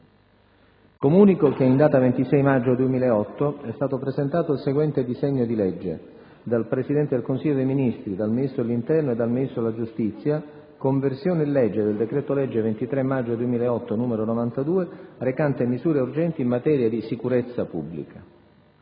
Comunico che, in data 26 maggio 2008, è stato presentato il seguente disegno di legge: *dal Presidente del Consiglio dei ministri, dal Ministro dell'interno e dal Ministro della giustizia:* «Conversione in legge del decreto-legge 23 maggio 2008, n. 92, recante misure urgenti in materia di sicurezza pubblica»